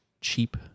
cheap